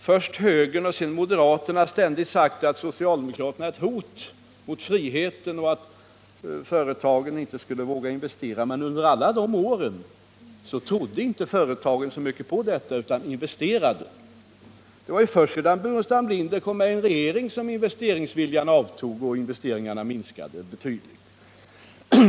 Först högern och sedan moderaterna har i 44 år ständigt sagt att socialdemokraterna är ett hot mot friheten och att företagen inte skulle våga investera. Men under alla dessa år trodde inte företagen så mycket på detta utan investerade. Det var först sedan Staffan Burenstam Linder kommit med i en regering som investeringsviljan avtog och investeringarna minskade betydligt.